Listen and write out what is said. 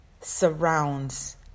surrounds